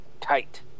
tight